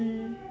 mm